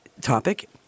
topic